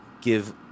give